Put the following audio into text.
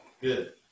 Good